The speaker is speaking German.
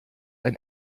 ein